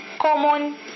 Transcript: common